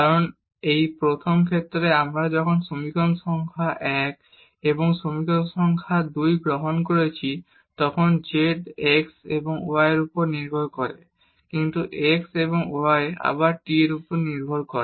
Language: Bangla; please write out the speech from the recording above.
কারণ এই প্রথম ক্ষেত্রে যখন আমরা সমীকরণ সংখ্যা 1 এবং সমীকরণ সংখ্যা 2 গ্রহণ করছি তখন এই z x এবং y এর উপর নির্ভর করে কিন্তু x এবং y আবার t এর উপর নির্ভর করে